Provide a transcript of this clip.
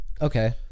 okay